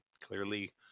clearly